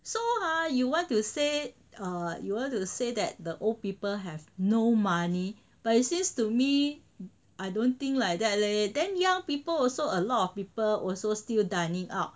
so ah you want to say err you want to say that the old people have no money but it seems to me I don't think like that leh then young people also a lot of people also still dining out